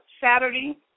Saturday